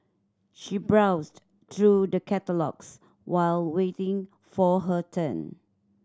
she browsed through the catalogues while waiting for her turn